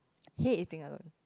I hate eating alone